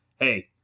hey